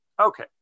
Okay